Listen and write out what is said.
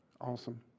Awesome